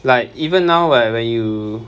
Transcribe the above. like even now whe~ when you